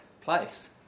place